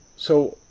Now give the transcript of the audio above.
so,